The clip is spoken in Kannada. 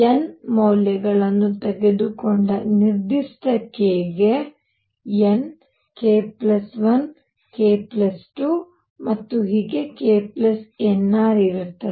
N ಮೌಲ್ಯಗಳನ್ನು ತೆಗೆದುಕೊಂಡ ನಿರ್ದಿಷ್ಟ k ಗೆ n k 1 k 2 ಮತ್ತು ಹೀಗೆ k nr ಇರುತ್ತದೆ